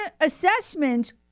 assessment